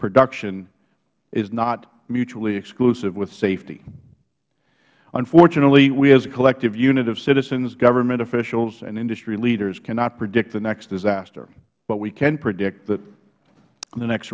production is not mutually exclusive with safety unfortunately we as a collective unit of citizens government officials and industry leaders cannot predict the next disaster but we can predict the next